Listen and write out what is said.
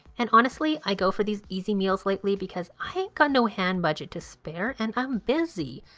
and honestly, i go for these easy meals lately because i ain't got no hand budget to spare and i'm busy.